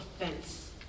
offense